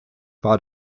war